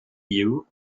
you